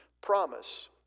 promise